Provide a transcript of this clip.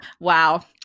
Wow